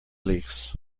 leaks